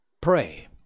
Pray